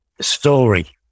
story